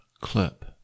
clip